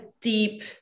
deep